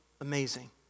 amazing